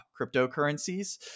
cryptocurrencies